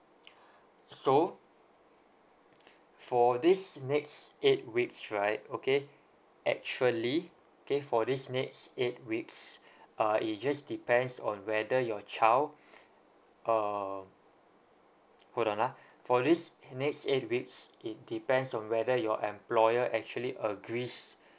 so for this next eight weeks right okay actually K for this next eight weeks uh it just depends on whether your child um hold on ah for this next eight weeks it depends on whether your employer actually agrees